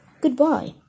Goodbye